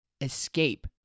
escape